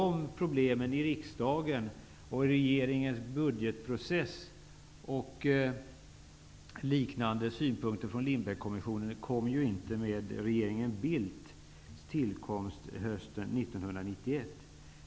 Problemen i riksdagens och regeringens budgetprocess och liknande saker som Lindbeckkommissionen har synpunkter på uppkom ju inte med regeringen Bildts tillträde hösten 1991.